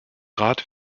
rat